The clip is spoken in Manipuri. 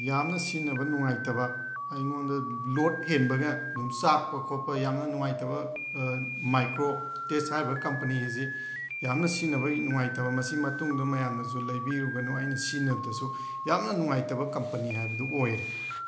ꯌꯥꯝꯅ ꯁꯤꯖꯤꯟꯅꯕ ꯅꯨꯡꯉꯥꯏꯇꯕ ꯑꯩꯉꯣꯟꯗ ꯂꯣꯗ ꯍꯦꯟꯕꯒ ꯑꯗꯨꯝ ꯆꯥꯛꯄ ꯈꯣꯠꯄ ꯌꯥꯝꯅ ꯅꯨꯡꯉꯥꯏꯇꯕ ꯃꯥꯏꯀ꯭ꯔꯣ ꯇꯦꯁ ꯍꯥꯏꯔꯤꯕ ꯀꯝꯄꯅꯤ ꯑꯁꯤ ꯌꯥꯝꯅ ꯁꯤꯖꯤꯟꯅꯕ ꯅꯨꯡꯉꯥꯏꯇꯕ ꯃꯁꯤ ꯃꯇꯨꯡꯗ ꯃꯌꯥꯝꯅꯁꯨ ꯂꯩꯕꯤꯔꯨꯒꯅꯨ ꯑꯩꯅ ꯁꯤꯖꯤꯟꯅꯕꯗꯁꯨ ꯌꯥꯝꯅ ꯅꯨꯡꯉꯥꯏꯇꯕ ꯀꯝꯄꯅꯤ ꯍꯥꯏꯕꯗꯨ ꯑꯣꯏꯔꯦ